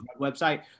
website